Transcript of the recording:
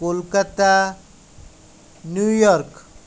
Kolkata New York